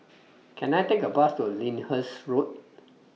Can I Take A Bus to Lyndhurst Road